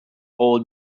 old